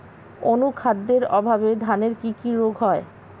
অনুখাদ্যের অভাবে ধানের কি কি রোগ হয়?